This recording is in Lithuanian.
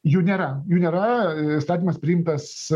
jų nėra jų nėra įstatymas priimtas